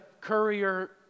courier